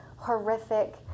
horrific